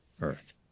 Earth